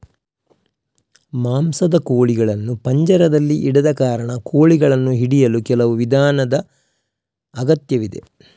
ಮಾಂಸದ ಕೋಳಿಗಳನ್ನು ಪಂಜರದಲ್ಲಿ ಇಡದ ಕಾರಣ, ಕೋಳಿಗಳನ್ನು ಹಿಡಿಯಲು ಕೆಲವು ವಿಧಾನದ ಅಗತ್ಯವಿದೆ